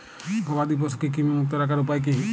গবাদি পশুকে কৃমিমুক্ত রাখার উপায় কী?